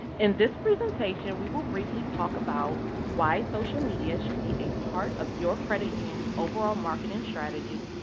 in this presentation we will briefly talk about why social media should be a part of your credit union's overall marketing strategy.